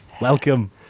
Welcome